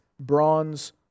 bronze